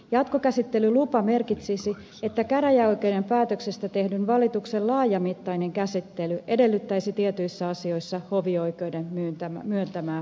jatkokäsittelylupa merkitsisi että käräjäoikeuden päätöksestä tehdyn valituksen laajamittainen käsittely edellyttäisi tietyissä asioissa hovioikeuden myöntämää lupaa